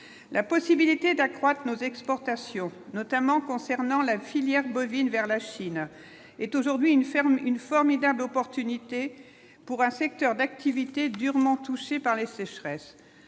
la possibilité d'accroître nos exportations, notamment concernant la filière bovine vers la Chine est aujourd'hui une ferme une formidable opportunité pour un secteur d'activité, durement touchée par la sécheresse,